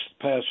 past